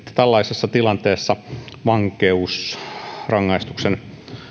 tällaisessa tilanteessa vankeusrangaistuksen